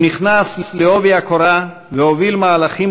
הוא נכנס בעובי הקורה והוביל מהלכים